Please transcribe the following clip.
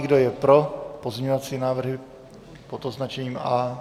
Kdo je pro pozměňovací návrhy pod označením A?